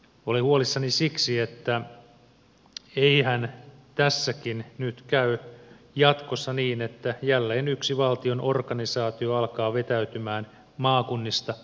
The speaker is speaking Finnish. olen huolissani siksi että eihän tässäkin nyt käy jatkossa niin että jälleen yksi valtion organisaatio alkaa vetäytymään maakunnista